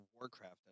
Warcraft